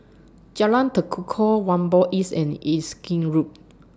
Jalan Tekukor Whampoa East and Erskine Road